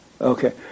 Okay